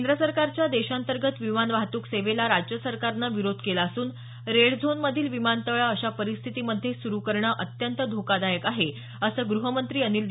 केंद्र सरकारच्या देशातर्गंत विमान वाहतूक सेवेला राज्य सरकारनं विरोध केला असून रेड झोन मधील विमानतळ अशा परिस्थिती मध्ये सुरू करणे अत्यंत धोकादायक आहे असं गृहमंत्री अनिल देशमुख यांनी म्हटलं आहे